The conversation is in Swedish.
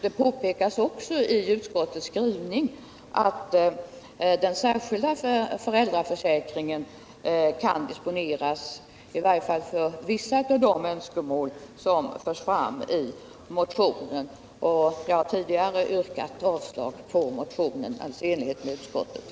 Det påpekas också i utskottets skrivning att den särskilda föräldraförsäkringen kan disponeras i varje fall för vissa av de önskemål som förs fram i motionen. Jag har tidigare i enlighet med utskottets ställningstagande yrkat avslag på motionen.